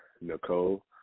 Nicole